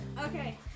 Okay